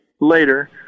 later